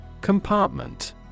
Compartment